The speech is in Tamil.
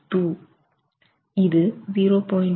209 இது 0